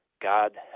god